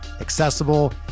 accessible